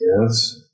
Yes